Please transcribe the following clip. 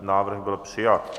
Návrh byl přijat.